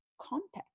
context